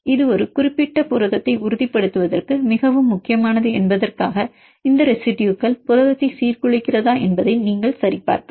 இது ஒரு குறிப்பிட்ட புரதத்தை உறுதிப்படுத்துவதற்கு மிகவும் முக்கியமானது என்பதற்காக இந்த ரெசிடுயுகள் புரதத்தை சீர்குலைக்கிறதா என்பதை நீங்கள் சரிபார்க்கலாம்